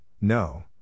no